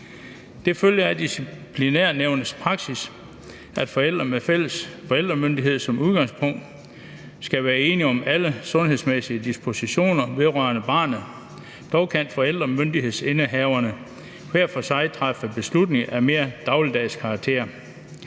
Det følger af disciplinærnævnets praksis, at forældre med fælles forældremyndighed som udgangspunkt skal være enige om alle sundhedsmæssige dispositioner vedrørende barnet. Dog kan forældremyndighedsindehaverne hver for sig træffe beslutninger af mere dagligdags karakter.